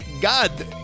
God